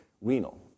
renal